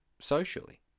socially